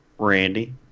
Randy